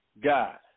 God